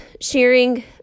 sharing